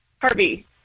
Harvey